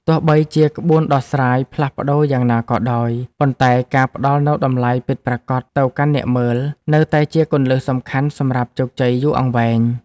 ទោះបីជាក្បួនដោះស្រាយផ្លាស់ប្តូរយ៉ាងណាក៏ដោយ ប៉ុន្តែការផ្ដល់នូវតម្លៃពិតប្រាកដទៅកាន់អ្នកមើល នៅតែជាគន្លឹះសំខាន់សម្រាប់ជោគជ័យយូរអង្វែង។